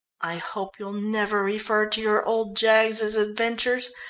i hope you'll never refer to your old jaggs's adventures.